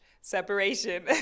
separation